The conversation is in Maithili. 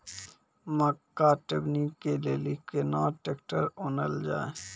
मक्का टेबनी के लेली केना ट्रैक्टर ओनल जाय?